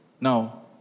Now